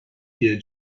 here